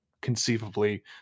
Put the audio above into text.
conceivably